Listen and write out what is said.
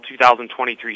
2023